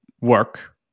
work